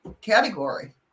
category